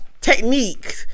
technique